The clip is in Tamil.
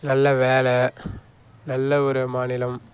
நல்ல வேலை நல்ல ஒரு மாநிலம்